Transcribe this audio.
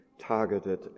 targeted